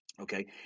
okay